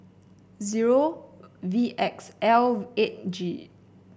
zero V X L eight G